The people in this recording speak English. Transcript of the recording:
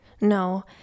no